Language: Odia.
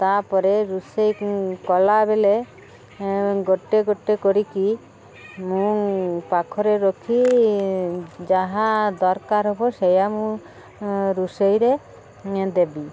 ତା'ପରେ ରୋଷେଇ କଲାବେଲେ ଗୋଟେ ଗୋଟେ କରିକି ମୁଁ ପାଖରେ ରଖି ଯାହା ଦରକାର ହେବ ସେଇଆ ମୁଁ ରୋଷେଇରେ ଦେବି